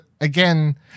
again